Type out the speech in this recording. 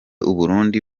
uburundi